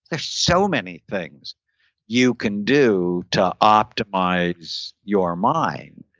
there's so many things you can do to optimize your mind.